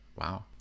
wow